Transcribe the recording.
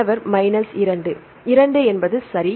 மாணவர் மைனஸ் 2 2 என்பது சரி